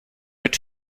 mit